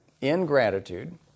Ingratitude